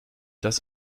das